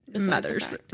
mothers